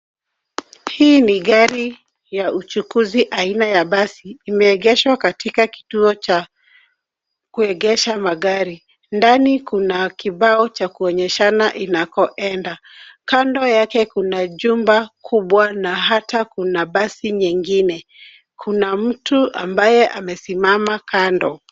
Hii ni gari ya uchukuzi aina ya basi, imegeshwa katika kituo cha kuegeza magari. Ndani kuna kibao cha kuonyeshana inakoenda. Kando yake kuna jumba kubwa na hata kuna basi nyingine. Kuna mtu ambaye amesimama kando.